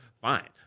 Fine